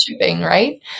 right